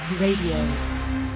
Radio